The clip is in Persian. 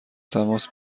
تماس